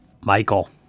Michael